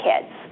kids